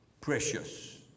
Precious